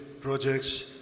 projects